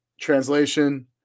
Translation